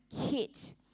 hit